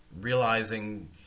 realizing